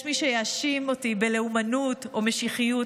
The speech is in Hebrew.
יש מי שיאשים אותי בלאומנות או משיחיות,